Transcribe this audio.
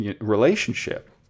relationship